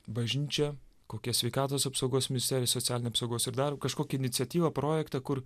bažnyčią kokia sveikatos apsaugos ministerija socialinė apsaugos ir darbo kažkokį iniciatyvą projektą kur